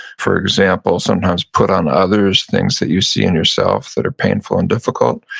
for example, sometimes put on others things that you see in yourself that are painful and difficult,